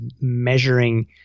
measuring